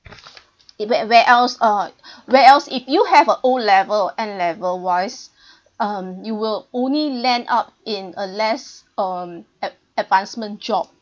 it where where else where else if you have a O level or N level wise um you will only land up in a less um ad~ advancement job